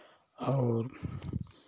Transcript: और